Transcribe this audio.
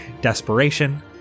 desperation